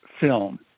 film